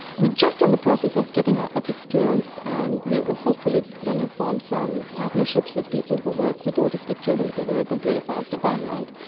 just in the process of getting our ethics clearance and we're hopefully going to form some partnerships with people who work with autistic children, because we are a computer science department,